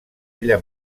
ella